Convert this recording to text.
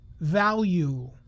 value